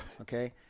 Okay